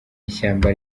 ishyamba